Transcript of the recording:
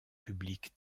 public